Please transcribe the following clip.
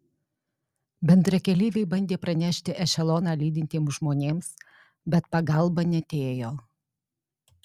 bendrakeleiviai bandė pranešti ešeloną lydintiems žmonėms bet pagalba neatėjo